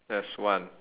that's one